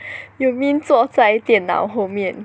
you mean 坐在电脑后面